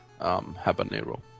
habanero